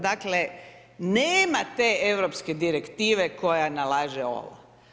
Dakle, nema te europske direktive koja nalaže ovo.